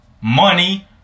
Money